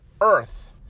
earth